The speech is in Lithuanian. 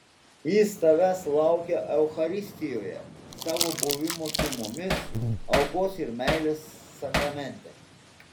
jis tavęs laukia eucharistijoje savo buvimo su mumis aukos ir meilės sakramente